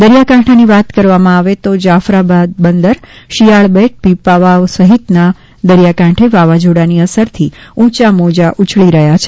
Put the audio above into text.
દરિયાકાંઠાની વાત કરવામાં આવે તો જાફરાબાદ બંદર શિયાળબેટ પીપાવાવ સહિતના દરિયાકાંઠે વાવાઝોડાની અસરથી ઊંચા મોજાં ઉછળી રહ્યા છે